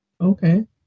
Okay